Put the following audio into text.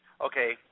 Okay